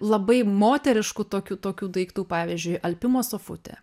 labai moteriškų tokių tokių daiktų pavyzdžiui alpimo sofutė